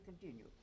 continue